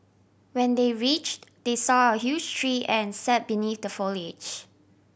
when they reached they saw a huge tree and sat beneath the foliage